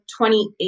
28